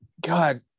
God